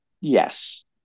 yes